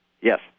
Yes